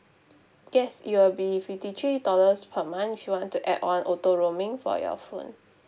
yes it will be fifty three dollars per month if you want to add on auto roaming for your phone